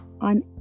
on